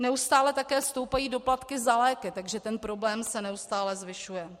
Neustále také stoupají doplatky za léky, takže ten problém se neustále zvyšuje.